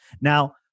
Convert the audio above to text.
Now